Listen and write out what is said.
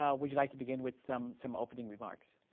um would you like to begin with some some opening remarks?